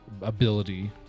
ability